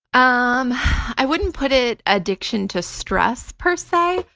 um i wouldn't put it addiction to stress per se,